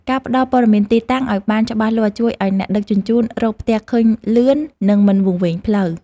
ការផ្តល់ព័ត៌មានទីតាំងឱ្យបានច្បាស់លាស់ជួយឱ្យអ្នកដឹកជញ្ជូនរកផ្ទះឃើញលឿននិងមិនវង្វេងផ្លូវ។